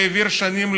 והעביר שנים,